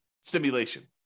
simulation